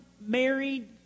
Married